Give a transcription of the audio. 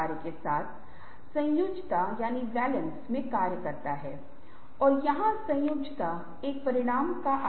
वे कर्तव्य के आह्वान से परे भी काम करते हैं वे इस प्रक्रिया में बहुत मेहनत करते हैं और अंत मे वे संगठन के लिए धन का सृजन करते हैं